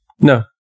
No